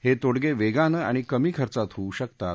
हे तोडगे वेगाने आणि कमी खर्चात होऊ शकतात